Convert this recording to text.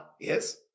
yes